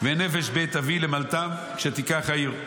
ונפש בית אבי למלטם כשתיקח העיר.